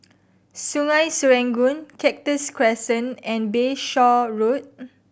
Sungei Serangoon Cactus Crescent and Bayshore Road